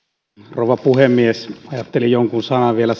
rouva puhemies ajattelin jonkun sanan vielä